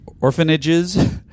orphanages